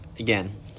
Again